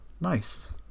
Nice